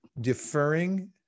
deferring